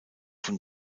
von